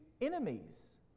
enemies